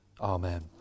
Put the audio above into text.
Amen